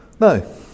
no